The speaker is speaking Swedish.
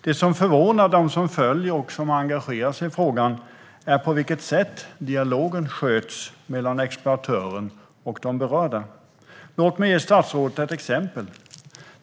Det som förvånar dem som följer och som engagerar sig i frågan är på vilket sätt dialogen sköts mellan exploatören och de berörda. Låt mig ge statsrådet ett exempel.